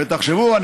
ותחשבו,